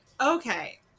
Okay